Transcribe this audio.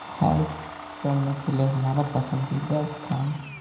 hike करने के लिए हमारा पसंदीदा स्थान